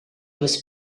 was